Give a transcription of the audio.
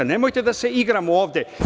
Nemojte da se igramo ovde.